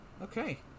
Okay